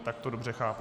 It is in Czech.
Tak to dobře chápu.